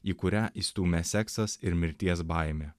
į kurią įstūmė seksas ir mirties baimė